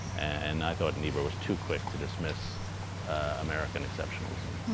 and i thought niebuhr was too quick to dismiss american exceptionalism